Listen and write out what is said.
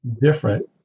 different